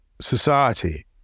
society